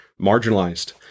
marginalized